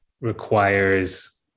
requires